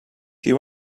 you